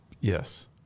Yes